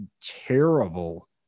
terrible